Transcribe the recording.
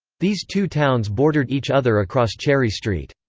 these two towns bordered each other across cherry street.